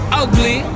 ugly